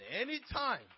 anytime